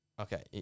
Okay